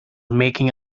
making